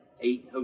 eight